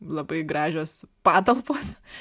labai gražios patalpos